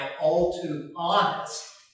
all-too-honest